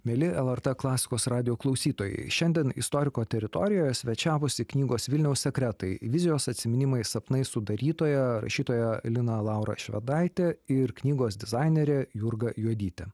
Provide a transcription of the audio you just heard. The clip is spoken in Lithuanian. mieli lrt klasikos radijo klausytojai šiandien istoriko teritorijoje svečiavosi knygos vilniaus sekretai vizijos atsiminimai sapnai sudarytoja rašytoja lina laura švedaitė ir knygos dizainerė jurga juodytė